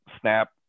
snap